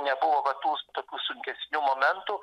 nebuvo va tų tokių sunkesnių momentų